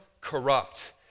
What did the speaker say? corrupt